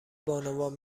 بانوان